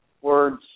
Words